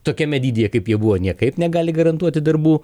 tokiame lydyje kaip jie buvo niekaip negali garantuoti darbų